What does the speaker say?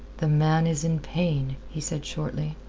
the man is in pain, he said shortly,